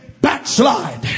backslide